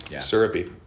Syrupy